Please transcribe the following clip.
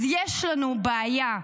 אז יש לנו בעיה,